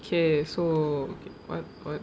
okay so what what